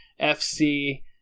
FC